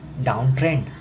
downtrend